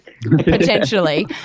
potentially